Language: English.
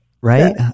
Right